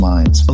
Minds